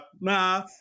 nah